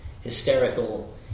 hysterical